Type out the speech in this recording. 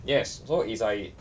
yes so it's like